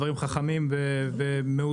אלה דברים חכמים ומאוזנים,